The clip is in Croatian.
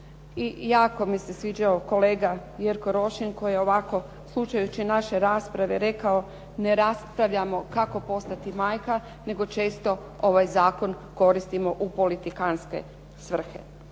I jako mi se sviđao kolega Jerko Rošin koji je ovako, slušajući naše rasprave rekao, ne raspravljamo kako postati majka nego često ovaj zakon koristimo u politikantske svrhe.